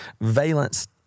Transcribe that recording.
Valence